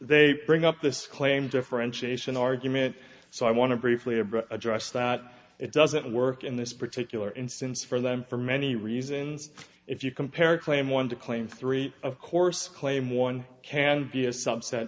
they bring up this claim differentiation argument so i want to briefly above address that it doesn't work in this particular instance for them for many reasons if you compare a claim one to claim three of course claim one can be a subset